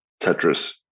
Tetris